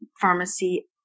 pharmacy